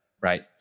right